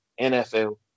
NFL